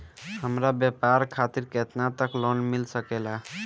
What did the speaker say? हमरा व्यापार खातिर केतना तक लोन मिल सकेला?